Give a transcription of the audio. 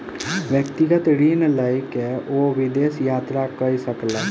व्यक्तिगत ऋण लय के ओ विदेश यात्रा कय सकला